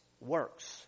works